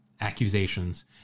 accusations